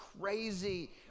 crazy